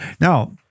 Now